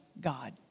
God